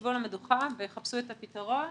שיישבו על המדוכה ויחפשו את הפתרון.